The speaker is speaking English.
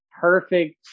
perfect